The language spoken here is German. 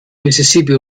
mississippi